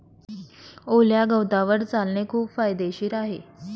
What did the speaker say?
ओल्या गवतावर चालणे खूप फायदेशीर आहे